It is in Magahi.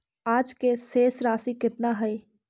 आज के शेष राशि केतना हई?